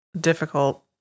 difficult